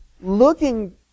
looking